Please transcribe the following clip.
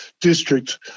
district